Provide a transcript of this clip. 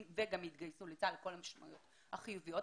וגם יתגייסו לצה"ל על כל המשמעויות החיוביות.